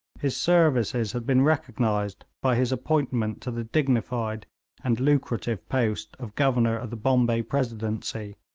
his services had been recognised by his appointment to the dignified and lucrative post of governor of the bombay presidency,